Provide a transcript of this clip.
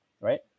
right